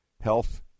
Health